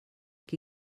qui